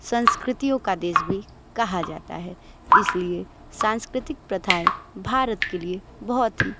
संस्कृतियों का देश भी कहा जाता है इसलिए सांस्कृतिक प्रथाएं भारत के लिए बहुत ही